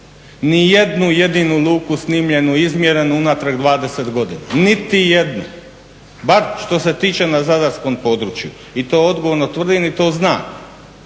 ni jednu jedinu luku snimljenu, izmjerenu unatrag 20 godina. Niti jednu, bar što se tiče na zadarskom području. I to odgovorno tvrdim i to znam.